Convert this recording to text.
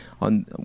on